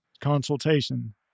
consultation